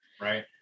Right